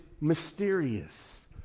mysterious